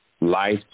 Life